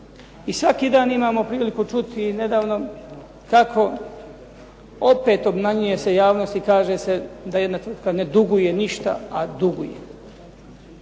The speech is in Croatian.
I svaki dan imamo priliku čuti i nedavno kako opet obmanjuje se javnost i kaže se da jedna tvrtka ne duguje ništa, a duguje,